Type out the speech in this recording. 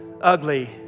ugly